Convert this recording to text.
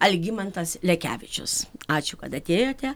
algimantas lekevičius ačiū kad atėjote